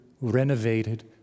renovated